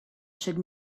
should